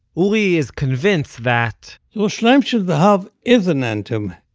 uri is convinced that, yerushalayim shel zahav is an anthem!